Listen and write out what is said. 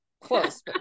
Close